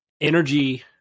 energy